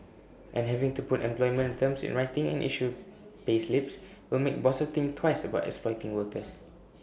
and having to put employment terms in writing and issue payslips will make bosses think twice about exploiting workers